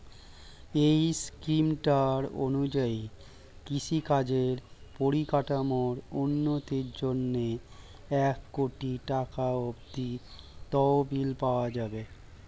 এই স্কিমটার অনুযায়ী কৃষিকাজের পরিকাঠামোর উন্নতির জন্যে এক কোটি টাকা অব্দি তহবিল পাওয়া যাবে